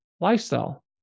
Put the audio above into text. lifestyle